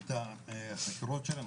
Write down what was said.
את החקירות שלהם.